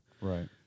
right